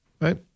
right